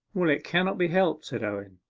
well, it cannot be helped said owen.